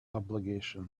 obligation